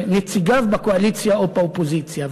שנציגיו בקואליציה או באופוזיציה.